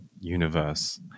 universe